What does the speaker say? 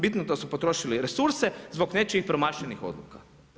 Bitno da su potrošili resurse zbog nečijih promašenih odluka.